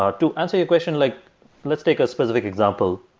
ah to answer your question, like let's take a specific example.